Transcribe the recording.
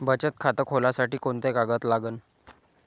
बचत खात खोलासाठी कोंते कागद लागन?